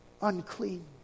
unclean